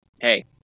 hey